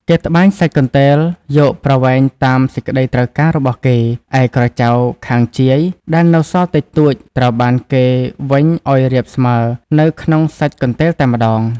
គេត្បាញសាច់កន្ទេលយកប្រវែងតាមសេចក្តីត្រូវការរបស់គេ ឯក្រចៅខាងជាយ ដែលនៅសល់តិចតួច ត្រូវបានគេវេញអោយរាបស្មើនៅក្នុងសាច់កន្ទេលតែម្តង ។